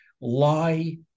lie